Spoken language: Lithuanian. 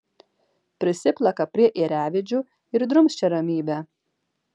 prisiplaka prie ėriavedžių ir drumsčia ramybę